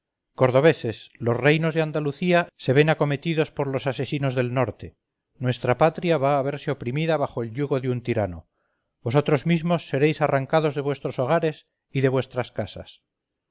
cordobeses los reinos de andalucía se ven acometidos por los asesinos del norte vuestra patria va a verse oprimida bajo el yugo de un tirano vosotros mismos seréis arrancados de vuestros hogares y de vuestras casas